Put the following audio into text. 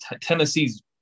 Tennessee's